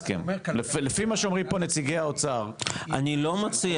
לפי מה שאומרים פה נציגי האוצר --- אני לא מציע